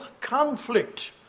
conflict